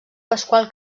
pasqual